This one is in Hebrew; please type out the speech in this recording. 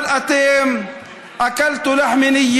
אבל אתם (אומר בערבית: אכלתם בשר נא,